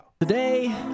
today